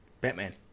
Batman